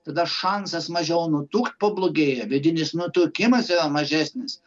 tada šansas mažiau nutukt pablogėja vidinis nutukimas yra mažesnis